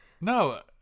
No